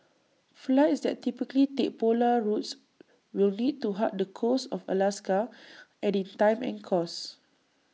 flights that typically take polar routes will need to hug the coast of Alaska adding time and cost